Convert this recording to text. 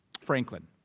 Franklin